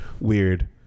weird